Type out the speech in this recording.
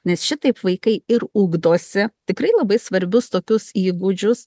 nes šitaip vaikai ir ugdosi tikrai labai svarbius tokius įgūdžius